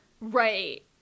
Right